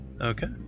Okay